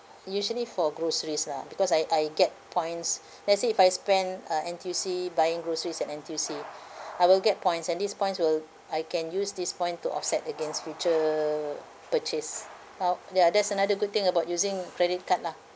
usually for groceries lah because I I get points let's say if I spend uh N_T_U_C buying groceries at N_T_U_C I will get points and these points will I can use this point to offset against future purchase uh ya that's another good thing about using credit card lah